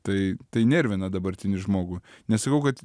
tai tai nervina dabartinį žmogų nesakau kad